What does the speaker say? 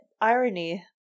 irony